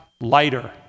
lighter